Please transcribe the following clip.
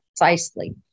precisely